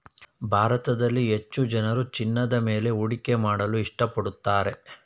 ಭಾರತದಲ್ಲಿ ಹೆಚ್ಚು ಜನರು ಚಿನ್ನದ ಮೇಲೆ ಹೂಡಿಕೆ ಮಾಡಲು ಇಷ್ಟಪಡುತ್ತಾರೆ